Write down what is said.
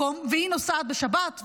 והיא נוסעת בשבת,